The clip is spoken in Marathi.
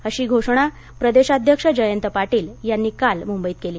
अशी घोषणा प्रदेशाध्यक्ष जयंत पाटील यांनी काल मुंबईत केली